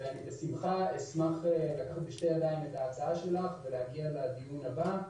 אני בשמחה אשמח לקחת בשתי ידיים את ההצעה שלך ולהגיע לדיון הבא,